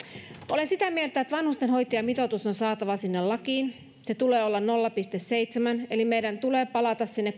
olen sitä mieltä että vanhusten hoitajamitoitus on saatava lakiin sen tulee olla nolla pilkku seitsemän eli meidän tulee palata sinne